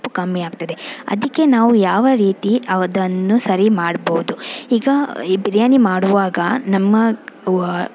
ಕಮ್ಮಿ ಆಗ್ತದೆ ಅದಕ್ಕೆ ನಾವು ಯಾವ ರೀತಿ ಅದನ್ನು ಸರಿ ಮಾಡಬಹುದು ಈಗ ಈ ಬಿರಿಯಾನಿ ಮಾಡುವಾಗ ನಮ್ಮ